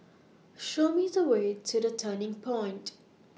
Show Me The Way to The Turning Point